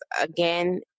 again